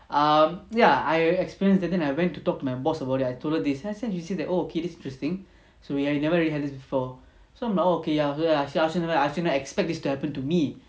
um ya I experienced that then I went to talk to my boss about it I told her this and I say she says that oh okay that's interesting so we I never really had it before so I'm like oh okay ya so ya she ask me she never expect this to happen to me